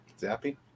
Zappy